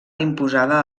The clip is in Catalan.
imposada